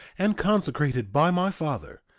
and consecrated by my father,